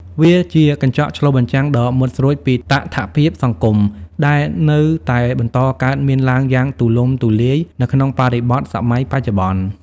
វាជាកញ្ចក់ឆ្លុះបញ្ចាំងដ៏មុតស្រួចពីតថភាពសង្គមដែលនៅតែបន្តកើតមានឡើងយ៉ាងទូលំទូលាយនៅក្នុងបរិបទសម័យបច្ចុប្បន្ន។